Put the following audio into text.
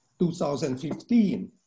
2015